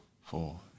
Four